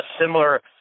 similar